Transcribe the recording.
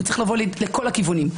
הוא צריך לבוא לכל הכיוונים.